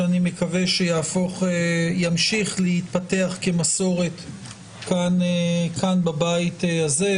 שאני מקווה שימשיך להתפתח כמסורת בבית הזה.